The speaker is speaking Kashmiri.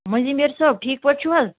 مٔنزِم یٲرۍ صٲب ٹھیٖک پٲٹھۍ چھُو حظ